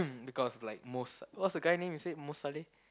because like Mo~ what's the guy name you said Mo Salah